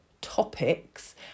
topics